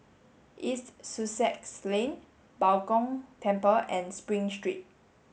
East Sussex Lane Bao Gong Temple and Spring Street